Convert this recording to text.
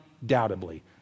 Undoubtedly